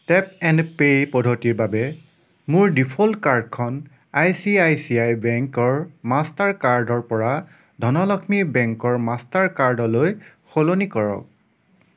tap and pay পদ্ধতিৰ বাবে মোৰ ডিফ'ল্ট কাৰ্ডখন I C I C I বেংকৰ মাষ্টাৰ কাৰ্ডৰ পৰা ধনলক্ষ্মী বেংকৰ মাষ্টাৰ কাৰ্ডলৈ সলনি কৰক